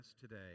today